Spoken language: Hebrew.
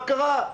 מה קרה?